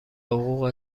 حقوق